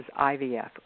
IVF